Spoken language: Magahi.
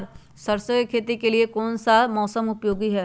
सरसो की खेती के लिए कौन सा मौसम उपयोगी है?